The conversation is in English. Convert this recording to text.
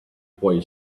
boy